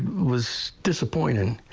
was disappointing.